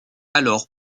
alors